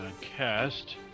cast